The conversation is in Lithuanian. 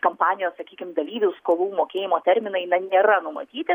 kampanijos sakykim dalyvių skolų mokėjimo terminai na nėra numatyti